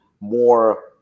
more